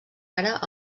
ara